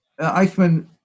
Eichmann